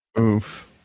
Oof